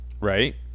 right